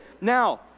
now